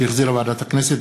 שהחזירה ועדת הכנסת,